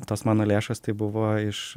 tos mano lėšos tai buvo iš